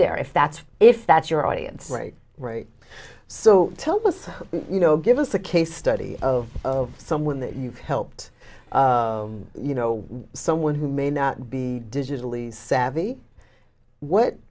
there if that's if that's your audience right right so tell us you know give us a case study of someone that you've helped you know someone who may not be digitally savvy what